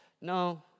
No